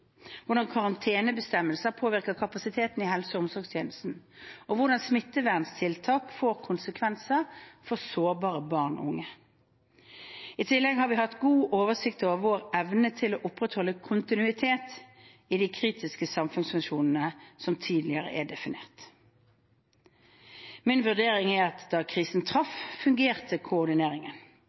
hvordan karantenebestemmelser påvirker kapasiteten i helse- og omsorgstjenesten, og hvordan smitteverntiltak får konsekvenser for sårbare barn og unge. I tillegg har vi hatt god oversikt over vår evne til å opprettholde kontinuitet i de kritiske samfunnsfunksjonene som tidligere er definert. Min vurdering er at da krisen inntraff, fungerte koordineringen.